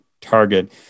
target